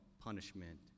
punishment